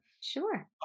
Sure